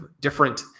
different